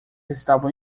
estavam